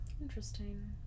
interesting